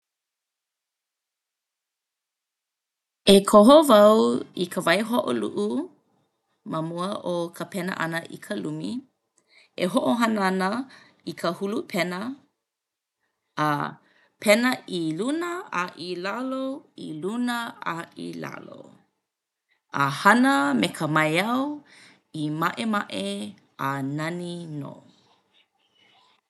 E koho wau i ka waihoʻoluʻu ma mua o ka pena ʻana i ka lumi. E hoʻohana ana i ka hulu pena a pena i luna a i lalo i luna a i lalo a hana me ka maiau i maʻemaʻe a nani nō.